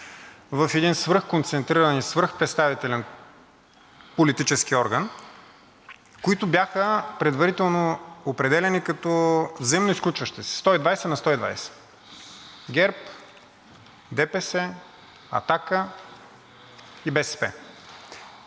в един свръхконцентриран и свръхпредставителен политически орган, които бяха предварително определяни като взаимноизключващи се – 120 на 120 – ГЕРБ, ДПС, „Атака“ и БСП.